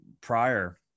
prior